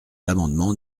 l’amendement